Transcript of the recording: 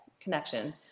connection